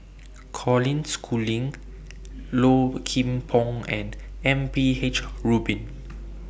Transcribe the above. Colin Schooling Low Kim Pong and M P H Rubin